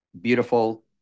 beautiful